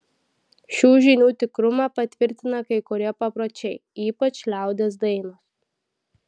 šių žinių tikrumą patvirtina kai kurie papročiai ypač liaudies dainos